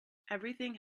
everything